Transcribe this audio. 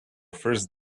first